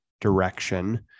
direction